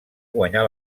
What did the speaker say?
guanyà